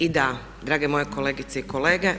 I da, drage moje kolegice i kolege.